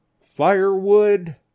firewood